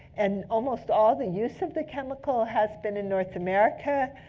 and almost all the use of the chemical has been in north america,